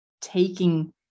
taking